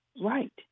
Right